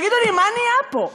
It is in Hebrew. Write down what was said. תגידו לי, מה נהיה פה?